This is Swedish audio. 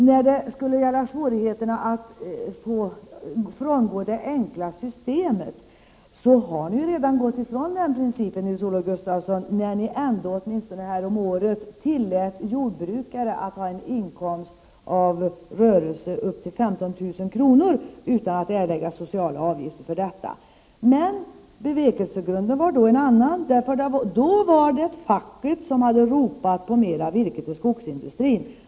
När det gäller svårigheterna att frångå det enkla systemet vill jag hävda att socialdemokraterna redan har gått ifrån den principen, Nils-Olof Gustafsson, när de häromåret tillät jordbrukare att ha en inkomst av rörelse på upp till 15 000 kr. utan att behöva erlägga sociala avgifter för detta. Men bevekelsegrunden var då en annan. Då var det nämligen facket som hade ropat på mer virke till skogsindustrin.